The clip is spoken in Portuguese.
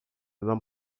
não